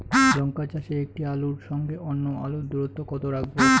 লঙ্কা চাষে একটি আলুর সঙ্গে অন্য আলুর দূরত্ব কত রাখবো?